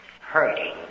Hurting